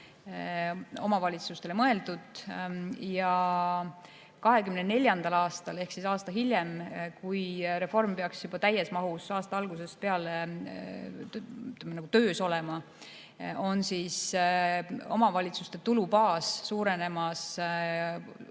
omavalitsustele mõeldud. 2024. aastal ehk aasta hiljem, kui reform peaks juba täies mahus aasta algusest peale töös olema, suureneb omavalitsuste tulubaas 57